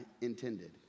intended